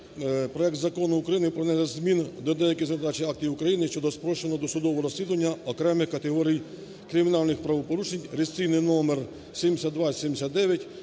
проект Закону України про внесення змін до деяких законодавчих актів України щодо спрощення досудового розслідування окремих категорій кримінальних правопорушень (реєстраційний номер 7279)